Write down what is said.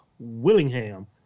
Willingham